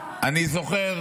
אני זוכר